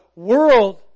world